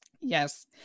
yes